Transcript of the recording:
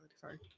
sorry